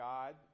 God